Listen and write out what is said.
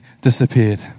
disappeared